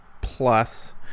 plus